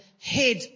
head